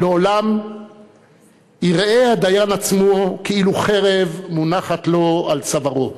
"לעולם יראה הדיין עצמו כאילו חרב מונחת לו על צווארו,